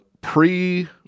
pre-